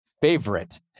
favorite